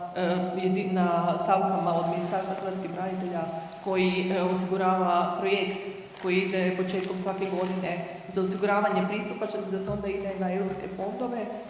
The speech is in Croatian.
na, na stavkama od Ministarstva hrvatskih branitelja koji osigurava projekt koji ide početkom svake godine za osiguravanje pristupačnosti da se onda ide na europske fondove,